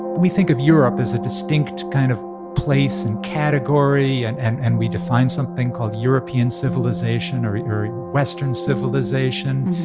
we think of europe as a distinct kind of place and category, and and and we define something called european civilization or or western civilization.